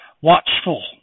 watchful